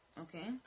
Okay